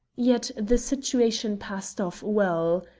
yet the situation passed off well.